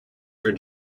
are